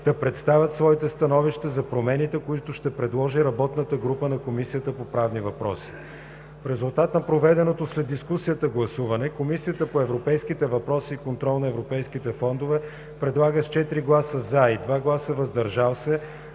да представят своите становища за промените, които ще предложи работната група на Комисията по правни въпроси. В резултат на проведеното след дискусията гласуване Комисията по европейските въпроси и контрол на европейските фондове предлага с 4 гласа „за“ и 2 гласа „въздържал се“